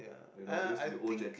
yeah uh I think